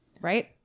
right